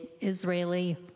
Israeli